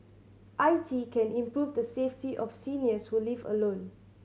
I T can improve the safety of seniors who live alone